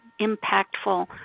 impactful